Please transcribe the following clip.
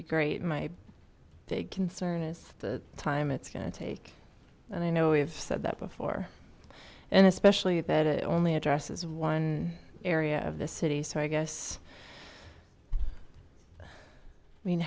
be great my big concern is the time it's gonna take and i know we've said that before and especially that it only addresses one area of the city so i guess i mean